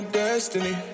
destiny